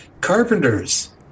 Carpenters